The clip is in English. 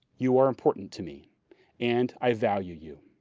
you are important to me and i value you.